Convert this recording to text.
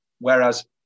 Whereas